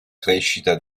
crescita